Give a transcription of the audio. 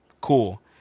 Cool